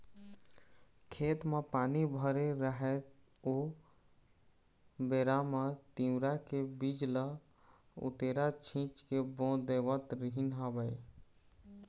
खेत म पानी भरे राहय ओ बेरा म तिंवरा के बीज ल उतेरा छिंच के बो देवत रिहिंन हवँय